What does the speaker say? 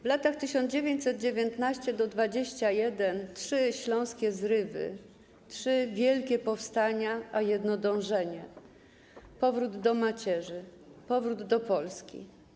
W latach 1919-2021 trzy śląskie zrywy, trzy wielkie powstania, a jedno dążenie - powrót do macierzy, powrót do Polski.